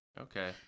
okay